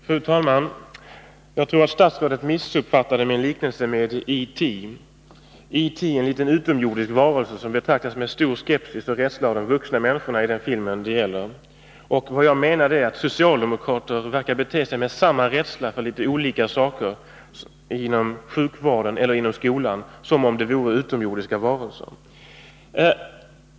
Fru talman! Jag tror att statsrådet missuppfattade min liknelse med E.T. E.T. är en liten utomjordisk varelse som betraktas med stor skepsis och rädsla av vuxna människor i den film det gäller. Jag menade att socialdemokrater verkar bete sig med samma rädsla för olika saker inom skolan — som om de vore utomjordiska varelser.